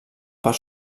part